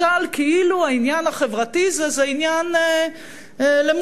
משל כאילו העניין החברתי זה עניין למוזות,